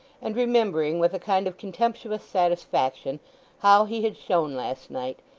and remembering with a kind of contemptuous satisfaction how he had shone last night,